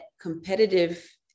competitive